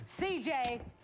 CJ